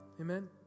amen